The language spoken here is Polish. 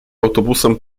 autobusem